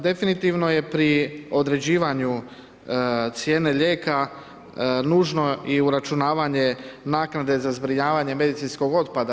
Definitivno je pri određivanju cijene lijeka nužno i uračunavanje naknade za zbrinjavanje medicinskog otpada.